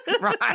Right